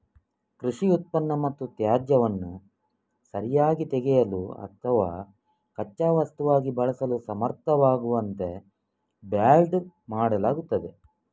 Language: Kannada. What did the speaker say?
ಕೃಷಿ ಉತ್ಪನ್ನ ಮತ್ತು ತ್ಯಾಜ್ಯವನ್ನು ಸರಿಯಾಗಿ ತೆಗೆಯಲು ಅಥವಾ ಕಚ್ಚಾ ವಸ್ತುವಾಗಿ ಬಳಸಲು ಸಮರ್ಥವಾಗುವಂತೆ ಬ್ಯಾಲ್ಡ್ ಮಾಡಲಾಗುತ್ತದೆ